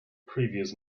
previous